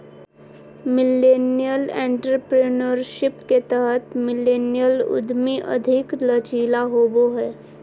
millennial entrepreneurship के तहत millennial उधमी अधिक लचीला होबो हय